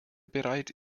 bereit